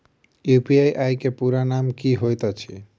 UPI केँ पूरा नाम की होइत अछि?